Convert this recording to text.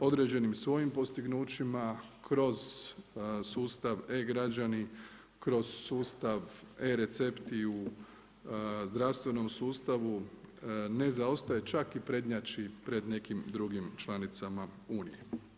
određenim svojim postignućima kroz sustav e-građani, kroz sustav e-recepti u zdravstvenom sustavu ne zaostaju, čak i prednjači pred nekim drugim članicama Unije.